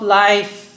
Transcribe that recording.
life